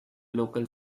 local